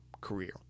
career